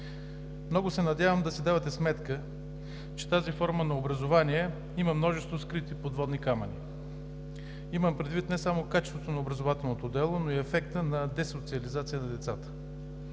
Много се надявам да си давате сметка, че тази форма на образование има множество скрити подводни камъни. Имам предвид не само качеството на образователното дело, но и ефектът на десоциализация на децата.